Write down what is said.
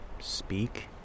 Speak